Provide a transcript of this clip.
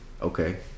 Okay